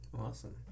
awesome